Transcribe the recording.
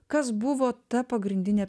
kas buvo ta pagrindinė